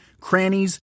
crannies